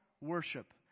worship